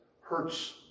hurts